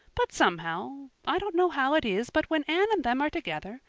but somehow i don't know how it is but when anne and them are together,